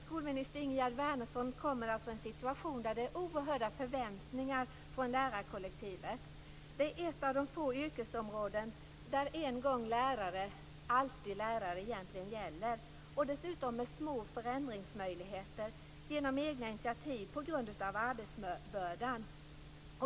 Skolminister Ingegerd Wärnersson kommer alltså i en situation där det är oerhörda förväntningar från lärarkollektivet. Det är ett av de få yrkesområden där "en gång lärare alltid lärare" gäller. Dessutom finns det små möjligheter till förändring genom egna initiativ på grund av arbetsbördan.